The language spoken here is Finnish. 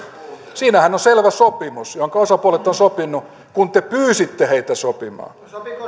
siinähän on selvä sopimus jonka osapuolet ovat sopineet kun te pyysitte heitä sopimaan